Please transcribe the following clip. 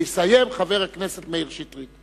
ויסיים חבר הכנסת מאיר שטרית.